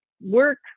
work